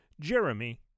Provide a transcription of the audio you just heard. Jeremy